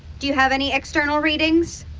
do you have any external readings?